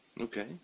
Okay